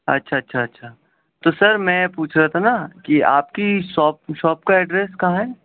اچھا اچھا اچھا تو سر میں یہ پوچھ رہا تھا نا کہ آپ کی شاپ شاپ کا ایڈریس کہاں ہے